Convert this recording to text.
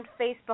Facebook